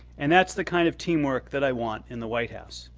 and that's the kind of teamwork that i want in the white house.